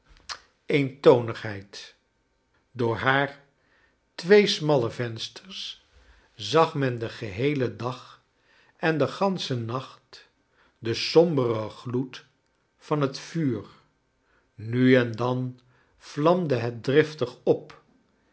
eentonigheid door haar twee smalle vensters zag men den geheelen dag en den ganschen nacht den somberen gloed van het vuur nu en dan vlamde het driftig op